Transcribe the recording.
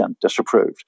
disapproved